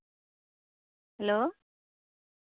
hello